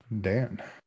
Dan